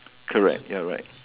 correct ya right